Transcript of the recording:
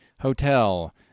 hotel